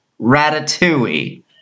Ratatouille